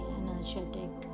energetic